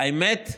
האמת,